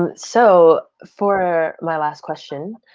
and so for my last question,